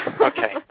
Okay